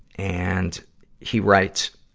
and he writes